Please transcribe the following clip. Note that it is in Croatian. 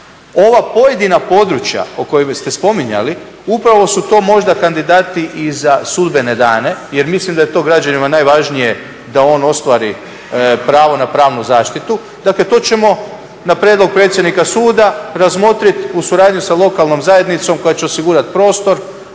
Ova pojedina područja koja ste spominjali upravo su to možda kandidati i za sudbene dane jer mislim da je to građanima najvažnije da on ostvari pravo na pravnu zaštitu. Dakle, to ćemo na prijedlog predsjednika suda razmotrit u suradnji sa lokalnom zajednicom koja će osigurati prostor,